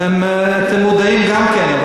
אתם מודעים גם כן,